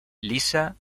lisa